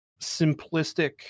simplistic